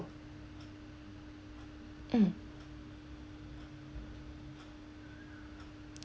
mm